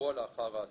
כשבוע לאחר האסון,